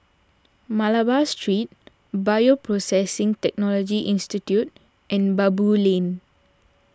Malabar Street Bioprocessing Technology Institute and Baboo Lane